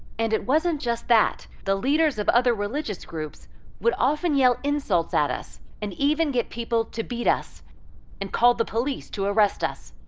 and it wasn't just that. the leaders of other religious groups would often yell insults at us, and even get people to beat us and call the police to arrest us.